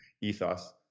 ethos